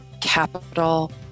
capital